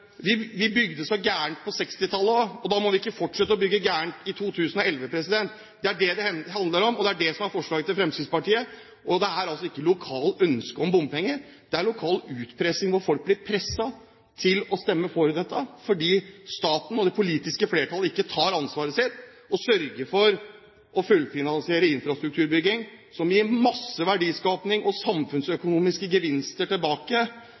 Vi må ikke fortsette å bygge galt i 2011. Det er det handler om, og det er det som er forslaget til Fremskrittspartiet. Det er altså ikke et lokalt ønske om bompenger. Det er lokal utpressing, hvor folk blir presset til å stemme for dette fordi staten og det politiske flertallet ikke tar ansvaret sitt og sørger for å fullfinansiere infrastrukturbygging, som gir masse verdiskaping og samfunnsøkonomiske gevinster tilbake